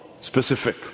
specific